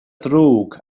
ddrwg